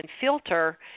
filter